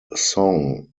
song